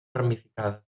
ramificada